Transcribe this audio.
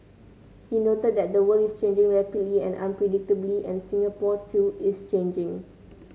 he noted that the world is changing rapidly and unpredictably and Singapore too is changing